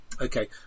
Okay